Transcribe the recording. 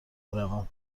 بروم